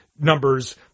numbers